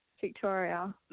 Victoria